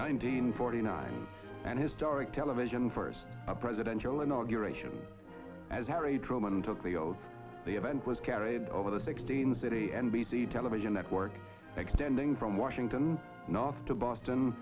nineteen forty nine and historic television first presidential inauguration as harry truman took the oath the event was carried over the sixteen city n b c television network extending from washington north to boston